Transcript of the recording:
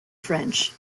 french